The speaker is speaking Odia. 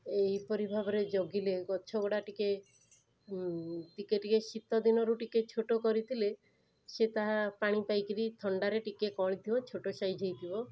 ଏହିପରି ଭାବରେ ଜଗିଲେ ଗଛଗୁଡ଼ା ଟିକେ ଟିକେ ଟିକେ ଶୀତଦିନରୁ ଟିକେ ଛୋଟ କରିଥିଲେ ସେ ତାହା ପାଣିପାଇକିରି ଥଣ୍ଡାରେ ଟିକେ କଅଁଳି ଥିବ ଛୋଟ ସାଇଜ ହେଇଥିବ